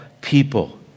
people